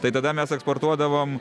tai tada mes eksportuodavom